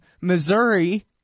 Missouri